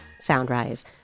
SoundRise